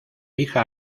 hija